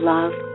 Love